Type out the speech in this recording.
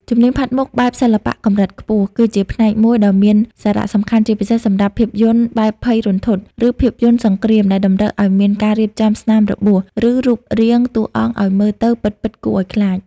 ជំនាញផាត់មុខបែបសិល្បៈកម្រិតខ្ពស់ គឺជាផ្នែកមួយដ៏មានសារៈសំខាន់ជាពិសេសសម្រាប់ភាពយន្តបែបភ័យរន្ធត់ ឬភាពយន្តសង្គ្រាម ដែលតម្រូវឱ្យមានការរៀបចំស្នាមរបួស ឬរូបរាងតួអង្គឱ្យមើលទៅពិតៗគួរឱ្យខ្លាច។